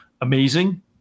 amazing